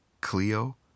Cleo